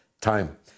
time